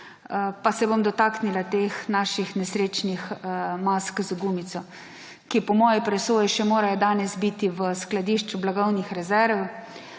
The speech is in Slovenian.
pa se bom dotaknila teh naših nesrečnih mask z gumico, ki po moji presoji morajo še danes biti v skladišču blagovnih rezerv,